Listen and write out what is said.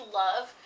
love